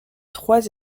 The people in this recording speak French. trois